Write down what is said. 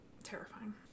terrifying